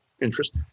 interest